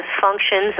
functions